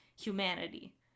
humanity